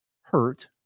hurt